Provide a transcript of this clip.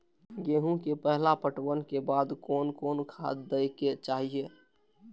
गेहूं के पहला पटवन के बाद कोन कौन खाद दे के चाहिए?